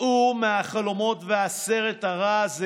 צאו מהחלומות והסרט הרע הזה,